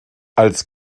als